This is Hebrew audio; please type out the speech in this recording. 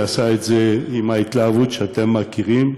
והוא עשה את זה עם ההתלהבות שאתם מכירים,